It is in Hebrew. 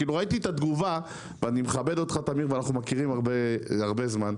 כאילו ראיתי את התגובה ואני מכבד אותך תמיר ואנחנו מכירים הרבה זמן,